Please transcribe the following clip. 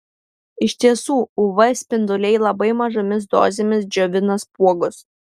iš tiesų uv spinduliai labai mažomis dozėmis džiovina spuogus